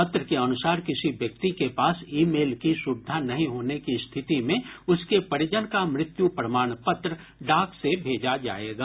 पत्र के अनुसार किसी व्यक्ति के पास ई मेल की सुविधा नहीं होने की स्थिति में उसके परिजन का मृत्यु प्रमाण पत्र डाक से भेजा जायेगा